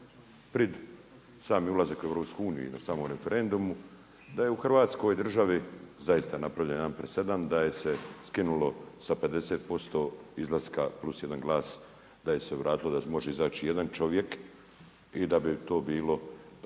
pred sami ulazak u EU i na samom referendumu da je u Hrvatskoj državi zaista napravljen jedan presedan da je se skinulo sa 50% izlaska plus jedan glas da je se vratilo da može izaći jedan čovjek i da bi to bilo